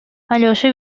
алеша